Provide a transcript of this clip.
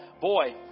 boy